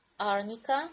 arnica